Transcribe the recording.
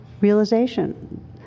realization